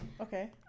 okay